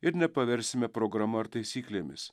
ir nepaversime programa ar taisyklėmis